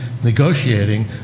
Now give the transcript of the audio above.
negotiating